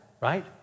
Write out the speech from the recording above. right